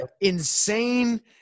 insane